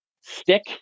stick